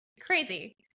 crazy